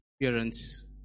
appearance